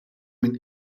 minn